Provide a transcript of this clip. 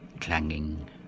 clanging